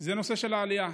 היא בנושא של העלייה.